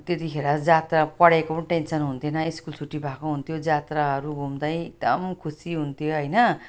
त्यतिखेर जात्रा पढाइको टेन्सन हुन्थेन स्कुल छुट्टी भएको हुन्थ्यो जात्राहरू घुम्दै एकदम खुसी हुन्थ्यो होइन